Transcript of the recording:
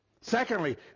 Secondly